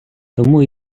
тому